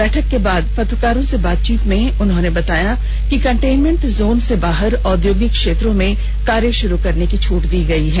बैठक के बाद पत्रकारों से बातचीत के दौरान उन्होंने बताया कि कंटेनमेंट जोन से बाहर औद्योगिक क्षेत्रों में कार्य षुरू करने की छूट दी गई है